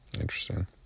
Interesting